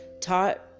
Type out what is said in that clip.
taught